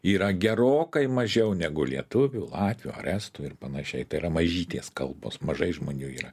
yra gerokai mažiau negu lietuvių latvių ar estų ir panašiai tai yra mažytės kalbos mažai žmonių yra